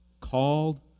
Called